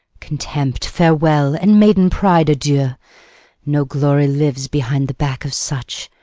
contempt, farewell! and maiden pride, adieu! no glory lives behind the back of such.